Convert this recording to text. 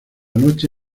noche